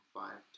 five